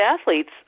athletes